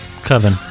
Coven